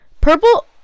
Purple